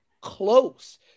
close